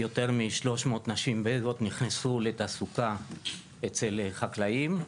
יותר מ-300 נשים בדואיות נכנסו לתעסוקה אצל חקלאים.